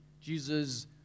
Jesus